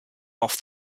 off